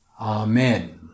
amen